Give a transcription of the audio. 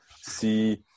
see